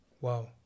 Wow